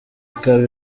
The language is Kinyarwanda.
ikaba